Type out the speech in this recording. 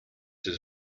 his